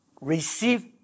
receive